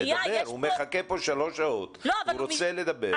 הוא מחכה פה שלוש שעות ורוצה לדבר.